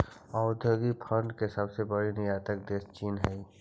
औद्योगिक भांड के सबसे बड़ा निर्यातक देश चीन हई